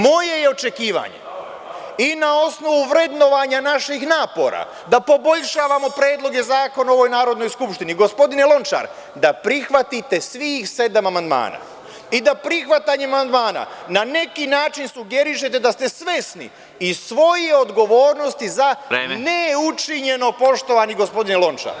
Moje je očekivanje i na osnovu vrednovanja naših napora da poboljšavamo predloge zakona u ovoj Narodnoj skupštini, gospodine Lončar, da prihvatite svih sedam amandmana i da prihvatanjem amandmana na neki način sugerišete da ste svesni i svoje odgovornosti za neučinjeno, poštovani gospodine Lončar.